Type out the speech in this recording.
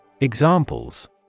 Examples